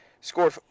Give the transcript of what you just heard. scored